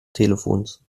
telefons